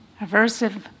aversive